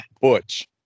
Butch